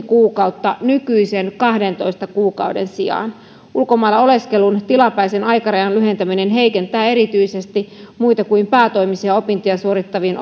kuukautta nykyisen kahdentoista kuukauden sijaan ulkomailla oleskelun tilapäisen aikarajan lyhentäminen heikentää erityisesti muita kuin päätoimisia opintoja suorittavien